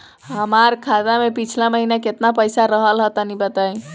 हमार खाता मे पिछला महीना केतना पईसा रहल ह तनि बताईं?